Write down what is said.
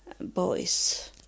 boys